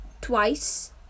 twice